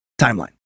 timeline